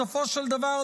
בסופו של דבר,